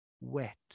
wet